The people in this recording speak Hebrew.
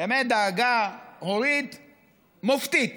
באמת דאגה הורית מופתית,